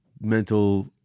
mental